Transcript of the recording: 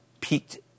peaked